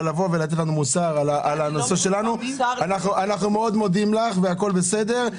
אבל להטיף לנו מוסר, אנחנו מודים לך והכול בסדר.